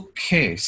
Okay